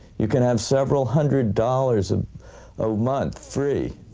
you can have several hundred dollars and a month free.